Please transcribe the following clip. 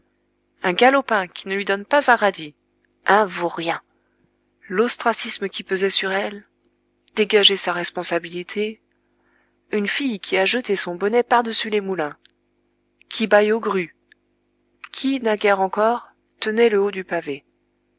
un galopin qui ne lui donne pas un radis un vaurien l'ostracisme qui pesait sur elle dégager sa responsabilité une fille qui a jeté son bonnet par-dessus les moulins qui baye aux grues qui naguère encore tenait le haut du pavé